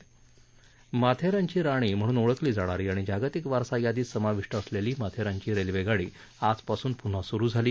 माथेरानची राणीम्हणून ओळखली जाणारी आणि जागतिक वारसा यादीत समाविष्ट असलेली माथेरानची रेल्वेगाडी आजपासून पुन्हा सुरु झाली